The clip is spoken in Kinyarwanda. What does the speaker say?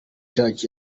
church